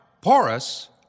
porous